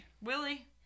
Willie